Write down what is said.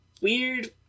weird